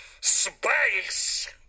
Space